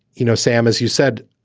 you know, sam, as you said,